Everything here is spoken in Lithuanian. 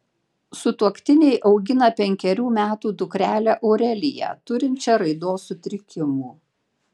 sutuoktiniai augina penkerių metų dukrelę aureliją turinčią raidos sutrikimų